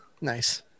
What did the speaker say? Nice